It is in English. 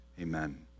Amen